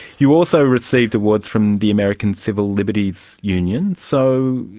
you also received awards from the american civil liberties union. so,